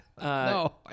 No